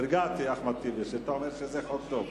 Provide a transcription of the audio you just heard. נרגעתי, אחמד טיבי, שאתה אומר שזה חוק טוב.